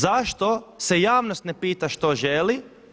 Zašto se javnost ne pita što želi.